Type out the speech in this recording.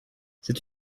c’est